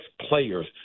players